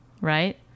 Right